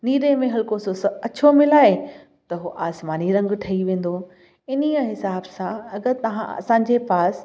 नीरे में हलको सो अछो मिलाए त हू आसमानी रंग ठही वेंदो इन ई हिसाब सां अगरि तव्हां असांजे पास